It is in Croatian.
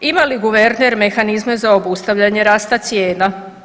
Ima li guverner mehanizme za obustavljanje rasta cijena?